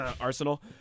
Arsenal